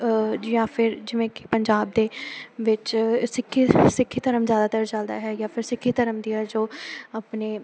ਜਾਂ ਫਿਰ ਜਿਵੇਂ ਕਿ ਪੰਜਾਬ ਦੇ ਵਿੱਚ ਸਿੱਖੀ ਸਿੱਖੀ ਧਰਮ ਜ਼ਿਆਦਾਤਰ ਚੱਲਦਾ ਹੈ ਜਾਂ ਫਿਰ ਸਿੱਖੀ ਧਰਮ ਦੀਆਂ ਜੋ ਆਪਣੇ